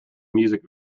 music